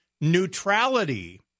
neutrality